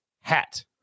hat